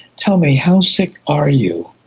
tell me, how sick are you?